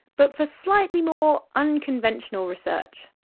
but for slightly more unconventional research.